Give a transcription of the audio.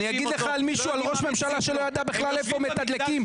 אני אספר לך על ראש ממשלה שלא יודע אפילו איפה מתדלקים,